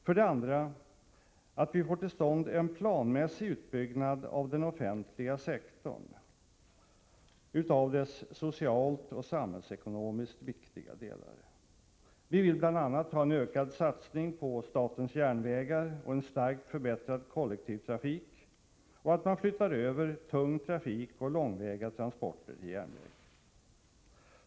För det andra vill vi få till stånd en planmässig utbyggnad av den offentliga sektorn i dess socialt och samhällsekonomiskt viktiga delar. Vi vill bl.a. ha en ökad satsning på statens järnvägar och en starkt förbättrad kollektivtrafik, och vi vill att man flyttar över tung trafik och långväga transporter till järnvägen.